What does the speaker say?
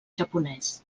japonès